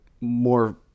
more